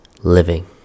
living